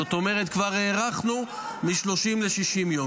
זאת אומרת, כבר הארכנו מ-30 ל-60 יום.